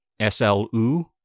SLU